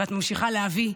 ואת ממשיכה להביא,